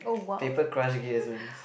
paper crush gears man